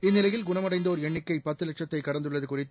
இந்நிலையில் குணமடைந்தோர் எண்ணிக்கை பத்து வட்சத்தை கடந்துள்ளது குறித்து